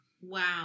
Wow